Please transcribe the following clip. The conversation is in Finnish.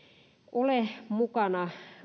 ole mukana